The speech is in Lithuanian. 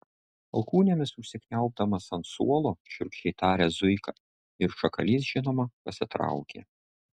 alkūnėmis užsikniaubdamas ant suolo šiurkščiai tarė zuika ir šakalys žinoma pasitraukė